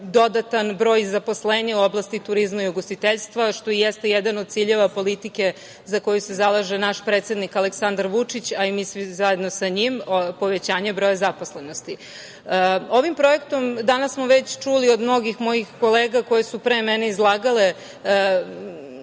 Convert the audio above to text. dodatan broj zaposlenja u oblasti turizma i ugostiteljstva, što jeste jedan od ciljeva politike za koju se zalaže naš predsednik Aleksandar Vučić, a i mi svi zajedno sa njim, povećanja broja zaposlenosti. Ovim projektom, danas smo već čuli od mnogih mojih kolega koji su pre mene izlagali